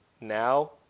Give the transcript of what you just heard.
now